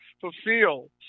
fulfilled